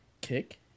kick